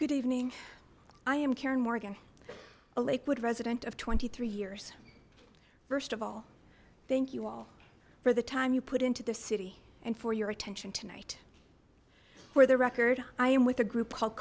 good evening i am karen morgan a lakewood resident of twenty three years first of all thank you all for the time you put into the city and for your attention tonight for the record i am with a group called